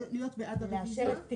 להיות בעד הריוויזיה.